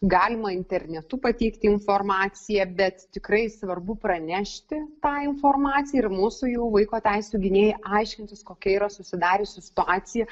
galima internetu pateikti informaciją bet tikrai svarbu pranešti tą informaciją ir mūsų jau vaiko teisių gynėjai aiškinsis kokia yra susidariusi situacija